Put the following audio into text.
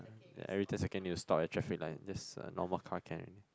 every ten seconds need to stop at traffic light just uh normal car can already